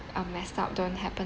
uh mess up don't happen